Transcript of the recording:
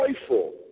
joyful